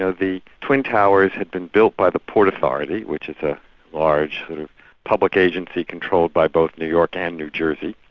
the twin towers had been built by the port authority, which is a large sort of public agency controlled by both new york and new jersey.